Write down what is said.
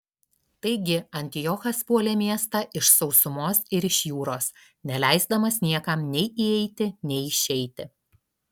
taigi antiochas puolė miestą iš sausumos ir iš jūros neleisdamas niekam nei įeiti nei išeiti